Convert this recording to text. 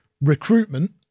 Recruitment